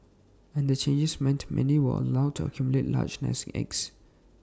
and the changes meant many were allowed to accumulate large nest eggs